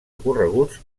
ocorreguts